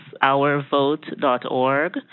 ourvote.org